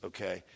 Okay